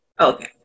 Okay